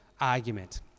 argument